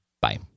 Bye